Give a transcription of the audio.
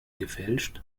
gefälscht